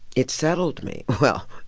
it settled me. well,